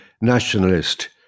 nationalist